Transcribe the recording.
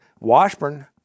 Washburn